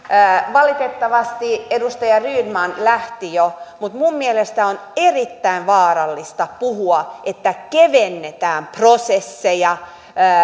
valitettavasti edustaja rydman lähti jo mutta minun mielestäni on erittäin vaarallista puhua että kevennetään prosesseja